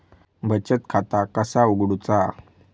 बचत खाता कसा उघडूचा?